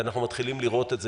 ואנחנו מתחילים לראות את זה,